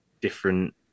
different